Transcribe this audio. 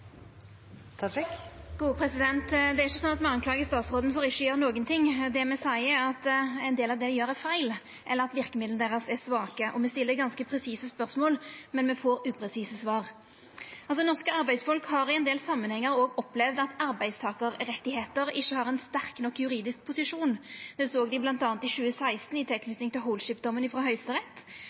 Det er ikkje sånn at me skuldar statsråden for ikkje å gjera nokon ting. Det me seier, er at ein del av det dei gjer, er feil, eller at verkemidla deira er svake. Me stiller ganske presise spørsmål, men me får upresise svar. Norske arbeidsfolk har i ein del samanhengar òg opplevd at arbeidstakarrettar ikkje har ein sterk nok juridisk posisjon. Det såg dei bl.a. i 2016, i tilknyting til